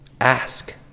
Ask